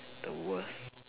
the worst